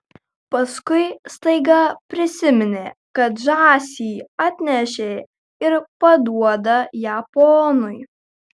paskui staiga prisiminė kad žąsį atnešė ir paduoda ją ponui